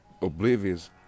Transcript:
oblivious